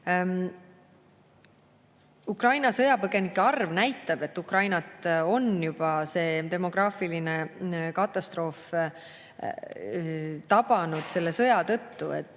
Ukraina sõjapõgenike arv näitab, et Ukrainat on juba demograafiline katastroof tabanud selle sõja tõttu. See